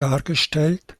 dargestellt